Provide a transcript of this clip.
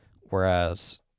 whereas